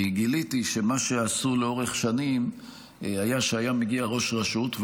כי גיליתי שמה שעשו לאורך שנים היה שהיה מגיע ראש רשות,